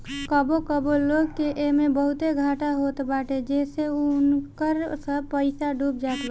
कबो कबो लोग के एमे बहुते घाटा होत बाटे जेसे उनकर सब पईसा डूब जात बाटे